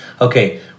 Okay